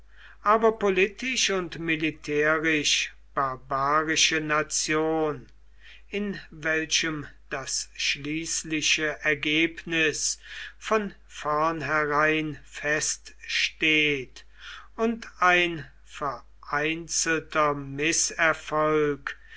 aber politisch und militärisch barbarische nation in welchem das schließliche ergebnis von vornherein feststeht und ein vereinzelter